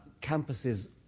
campuses